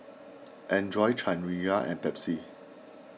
andre Chanira and Pepsi